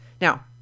Now